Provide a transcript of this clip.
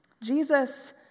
Jesus